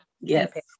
yes